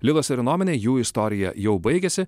lilas ir innomine jų istorija jau baigėsi